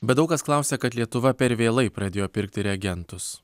bet daug kas klausia kad lietuva per vėlai pradėjo pirkti reagentus